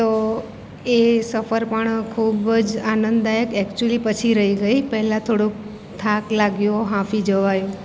તો એ સફર પણ ખૂબ જ આનંદાયક એક્ચયુલી પછી રહી ગઈ પહેલાં થોડોક થાક લાગ્યો હાંફી જવાયું